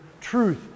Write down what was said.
truth